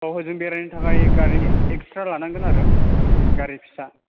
औ ओजों बेरायनो थाखाय गारि एक्सथ्रा लानांगोन आरो गारि फिसा